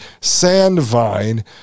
Sandvine